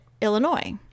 Illinois